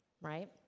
right